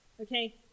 Okay